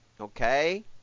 Okay